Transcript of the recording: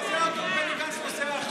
באיזה אוטו נוסע בני גנץ עכשיו?